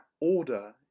order